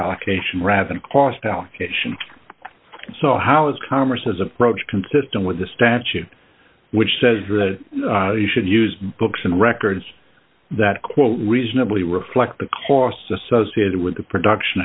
allocation rather than cost allocation so how is congress is approach consistent with the statute which says that you should use books and records that quote reasonably reflect the costs associated with the production